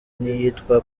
n’iyitwa